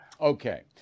Okay